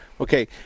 Okay